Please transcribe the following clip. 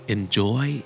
Enjoy